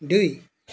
দুই